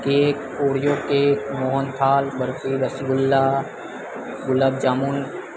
cake Oreo cake mohanthal barfi rasgulla gulab jamun